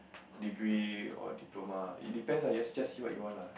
degree or diploma it depends lah just see what you want lah